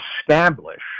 establish